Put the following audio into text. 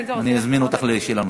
אני אזמין אותך לשאלה נוספת.